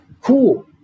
cool